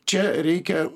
čia reikia